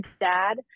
dad